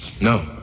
No